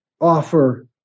Offer